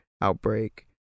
outbreak